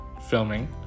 filming